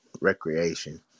recreation